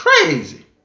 crazy